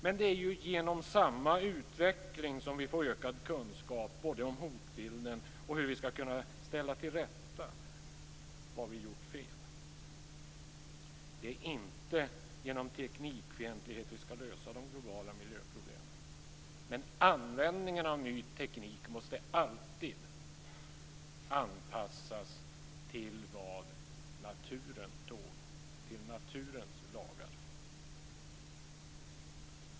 Men det är genom samma utveckling som vi får ökad kunskap, både om hotbilden och om hur vi skall kunna ställa till rätta det som vi har gjort fel. Det är inte genom teknikfientlighet som vi skall lösa de globala miljöproblemen. Men användningen av ny teknik måste alltid anpassas till vad naturen tål, till naturens lagar.